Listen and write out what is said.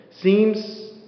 seems